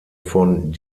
von